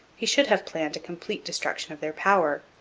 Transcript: he should have planned a complete destruction of their power.